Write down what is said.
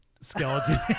skeleton